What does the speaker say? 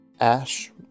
Ash